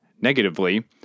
negatively